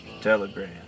Telegram